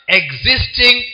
existing